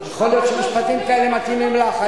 יכול להיות שמשפטים כאלה מתאימים לך.